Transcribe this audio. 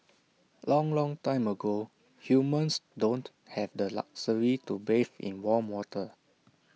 long long time ago humans don't have the luxury to bathe in warm water